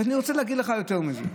אני רוצה להגיד לך יותר מזה.